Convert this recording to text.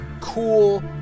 cool